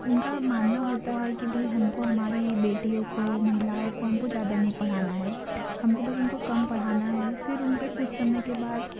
उनका मानना होता है कि भाई हमको हमारी बेटियों को महिलाओं को हमको ज़्यादा नहीं पढ़ाना है हमको बस उनको कम पढ़ाना है फिर उनपे कुछ समय के बाद